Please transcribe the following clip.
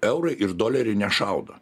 eurai ir doleriai nešaudo